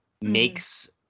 makes